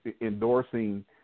endorsing